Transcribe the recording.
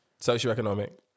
Socioeconomic